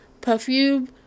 Perfume